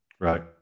Right